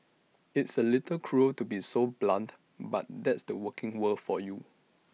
it's A little cruel to be so blunt but that's the working world for you